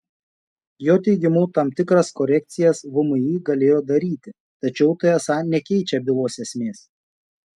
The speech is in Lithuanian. jo teigimu tam tikras korekcijas vmi galėjo daryti tačiau tai esą nekeičia bylos esmės